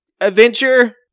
adventure